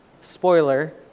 spoiler